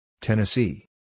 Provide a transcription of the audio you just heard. Tennessee